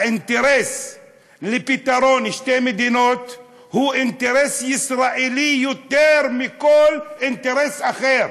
האינטרס לפתרון שתי מדינות הוא אינטרס ישראלי יותר מכל אינטרס אחר.